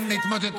מי שנפטר,